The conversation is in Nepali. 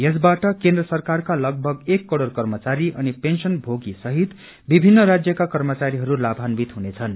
यसबाट केन्द्र सरकारको लगभग एक करोड़ कर्मचारी अनि पेन्शनभोगीसहित विभिन्न राज्यका कर्मचारीहरू लाभान्वित हुनेछन्